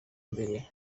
mbere